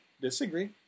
disagree